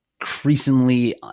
increasingly